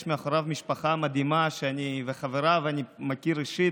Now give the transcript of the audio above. יש מאחוריו משפחה מדהימה, וחבריו, אני מכיר אישית.